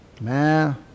Man